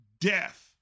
death